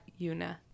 Yuna